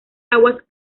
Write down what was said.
aguas